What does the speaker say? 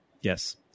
Yes